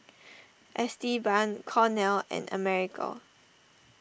Esteban Cornel and America